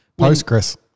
Postgres